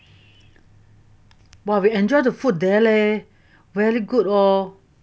!wah! we enjoy the food there leh very good oh